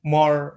more